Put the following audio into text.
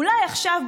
אולי עכשיו,